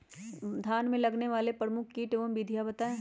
धान में लगने वाले प्रमुख कीट एवं विधियां बताएं?